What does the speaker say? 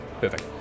perfect